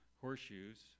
horseshoes